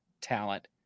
talent